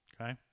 Okay